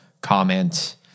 comment